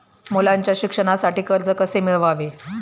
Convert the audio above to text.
मुलाच्या शिक्षणासाठी कर्ज कसे मिळवावे?